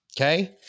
Okay